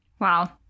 Wow